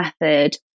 method